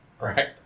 right